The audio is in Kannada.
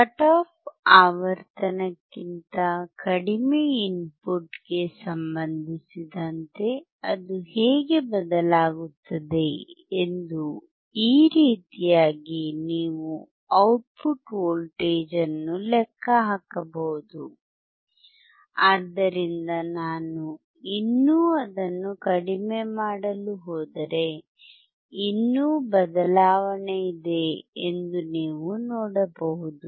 ಕಟ್ ಆಫ್ ಆವರ್ತನಕ್ಕಿಂತ ಕಡಿಮೆ ಇನ್ಪುಟ್ಗೆ ಸಂಬಂಧಿಸಿದಂತೆ ಅದು ಹೇಗೆ ಬದಲಾಗುತ್ತದೆ ಎಂದು ಈ ರೀತಿಯಾಗಿ ನೀವು ಔಟ್ಪುಟ್ ವೋಲ್ಟೇಜ್ ಅನ್ನು ಲೆಕ್ಕ ಹಾಕಬಹುದು ಆದ್ದರಿಂದ ನಾನು ಇನ್ನೂ ಅದನ್ನು ಕಡಿಮೆ ಮಾಡಲು ಹೋದರೆಇನ್ನೂ ಬದಲಾವಣೆಯಿದೆ ಎಂದು ನೀವು ನೋಡಬಹುದು